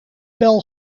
bel